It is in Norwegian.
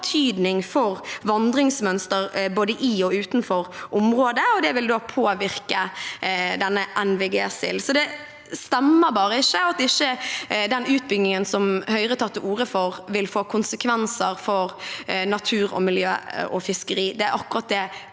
for vandringsmønsteret både i og utenfor området, og det vil påvirke NVG-silden. Det stemmer ikke at den utbyggingen som Høyre tar til orde for, ikke vil få konsekvenser for natur, miljø og fiskeri. Det er akkurat det